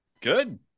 Good